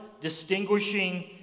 distinguishing